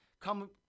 come